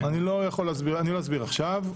אני לא אסביר עכשיו.